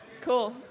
Cool